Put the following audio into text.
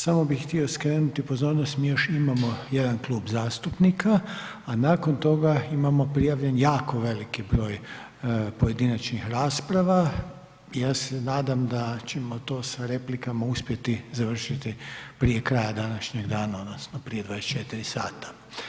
Samo bi htio skrenuti pozornost mi još imamo jedan klub zastupnika, a nakon toga imamo prijavljen jako veliki broj pojedinačnih rasprava, ja se nadam da ćemo to sa replikama uspjeti završiti prije kraja današnjeg dana odnosno prije 24,00 sata.